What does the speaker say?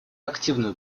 активную